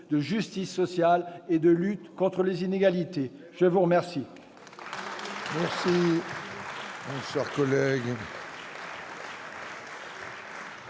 de justice sociale et de lutte contre les inégalités. La parole